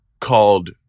Called